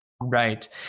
Right